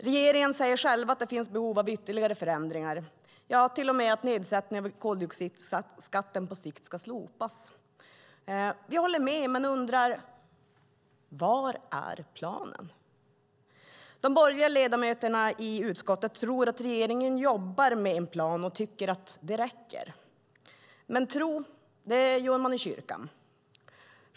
Regeringen säger själv att det finns behov av ytterligare förändringar, till och med att nedsättningen av koldioxidskatten på sikt ska slopas. Vi håller med, men undrar: Var är planen? De borgerliga ledamöterna i utskottet tror att regeringen jobbar med en plan och tycker att det räcker. Men tror gör man i kyrkan.